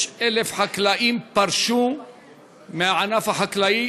75,000 חקלאים פרשו מהענף החקלאי.